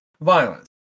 violence